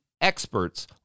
experts